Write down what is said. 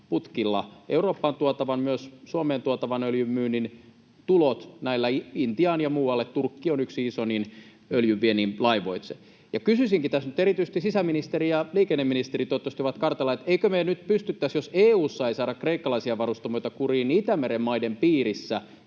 Eurooppaan tuotavan, myös Suomeen tuotavan, öljynmyynnin tulot: öljynviennillä Intiaan ja muualle — Turkki on yksi iso — laivoitse. Kysyisinkin tässä nyt — erityisesti sisäministeri ja liikenneministeri toivottavasti ovat kartalla — emmekö me nyt pystyisi, jos EU:ssa ei saada kreikkalaisia varustamoita kuriin, Itämeren maiden piirissä